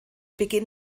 beginn